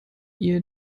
ihr